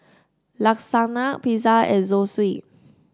Lasagna Pizza and Zosui